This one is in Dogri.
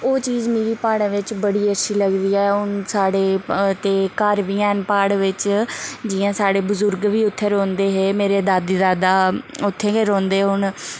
ओह् जी मिगी प्हाड़ें बिच्च बड़ी अच्छी लगदी ऐ हून साढ़े ते घर बी हैन प्हाड़ बिच्च जियां साढ़े बजुर्ग बी इत्थें रौंह्दे हे मेरे दादी दादे उत्थें गै रौंह्दे हून